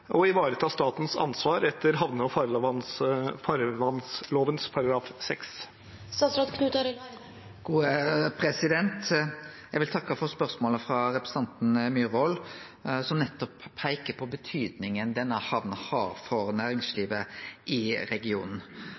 Eg vil takke for spørsmålet frå representanten Myhrvold, som peiker på betydninga denne hamna har for næringslivet i regionen.